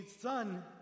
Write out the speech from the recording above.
son